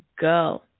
go